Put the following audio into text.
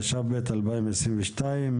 התשפ"ב 2022,